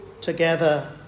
together